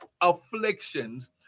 afflictions